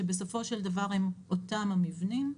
שבסופו של דבר הם אותם המבנים,